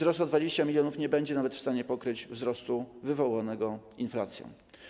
Wzrost o 20 mln zł nie będzie nawet w stanie pokryć wzrostu wywołanego inflacją.